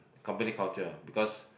company culture because